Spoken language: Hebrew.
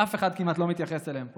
שאף אחד כמעט לא מתייחס אליהם פה,